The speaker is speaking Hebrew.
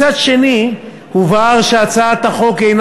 הצעת חוק זו מבקשת,